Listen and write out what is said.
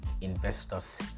investors